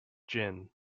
gin